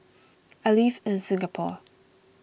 I live in Singapore